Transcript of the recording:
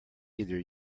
either